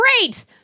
great